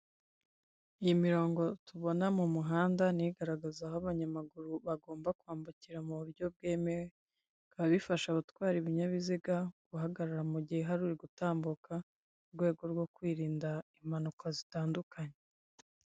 Iyi imirongo tubona mu muhanda, n' igaragaza aho abanyamaguru bagomba kwambukira mu buryo bwemewe. Bikaba bifasha abatwara ibinyabiziga guhagarara mu gihe hari uri gutambuka . Mu rwego rwo kwirinda impanuka zitandukanye.